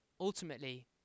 Ultimately